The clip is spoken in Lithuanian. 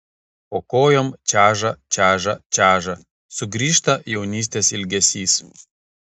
po kojom čeža čeža čeža sugrįžta jaunystės ilgesys